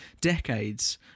decades